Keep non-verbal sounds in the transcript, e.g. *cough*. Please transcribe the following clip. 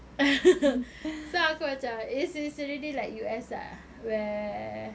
*laughs* so aku macam it's it's already like U_S lah where